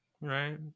Right